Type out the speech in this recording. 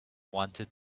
wanted